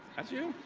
that's you!